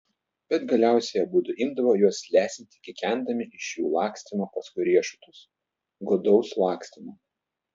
bet galiausiai abudu imdavo juos lesinti kikendami iš jų lakstymo paskui riešutus godaus lakstymo